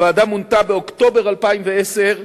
הוועדה מונתה באוקטובר 2010,